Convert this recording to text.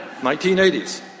1980s